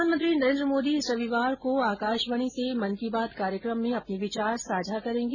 प्रधानमंत्री नरेन्द्र मोदी इस रविवार को आकाशवाणी से मन की बात कार्यक्रम में अपने विचार साझा करेंगे